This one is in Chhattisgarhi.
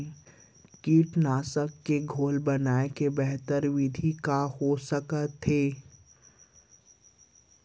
कीटनाशक के घोल बनाए के बेहतर विधि का हो सकत हे?